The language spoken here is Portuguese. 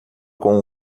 com